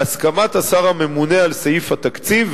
בהסכמת השר הממונה על סעיף התקציב,